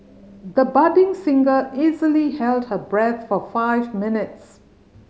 the budding singer easily held her breath for five minutes